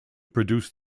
produce